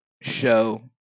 show